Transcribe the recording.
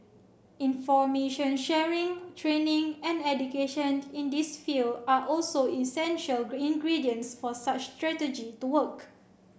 information sharing training and education in this field are also essential ingredients for such strategy to work